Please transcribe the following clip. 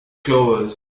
clovers